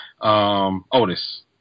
Otis